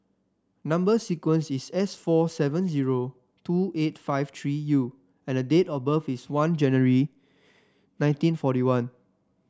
number sequence is S four seven zero two eight five three U and date of birth is one January nineteen forty one